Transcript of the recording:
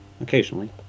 occasionally